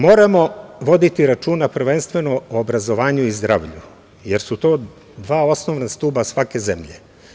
Moramo voditi računa prvenstveno o obrazovanju i zdravlju, jer su to dva osnovna stuba svake zemlje.